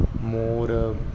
more